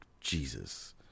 Jesus